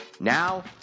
Now